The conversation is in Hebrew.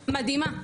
משפחה מדהימה.